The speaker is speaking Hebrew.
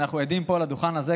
ואנחנו עדים פה על הדוכן הזה,